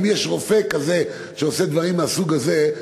אם יש רופא שעושה דברים מהסוג הזה,